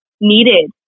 needed